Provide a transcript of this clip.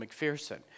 McPherson